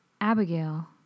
Abigail